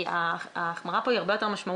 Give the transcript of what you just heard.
כי ההחמרה פה היא הרבה יותר משמעותית.